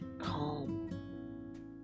calm